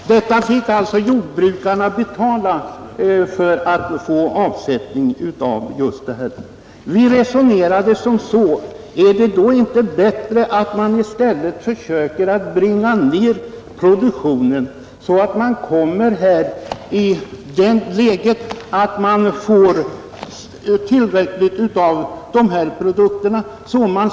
Jordbrukarna måste alltså betala exportförluster av bl.a. smör. Vi resonerade så att det vore bättre att försöka bringa ned produktionen så att den bara täcker vad vi behöver av dessa produkter på hemmamarknaden.